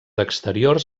exteriors